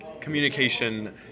communication